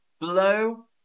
blow